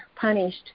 punished